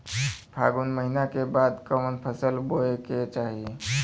फागुन महीना के बाद कवन फसल बोए के चाही?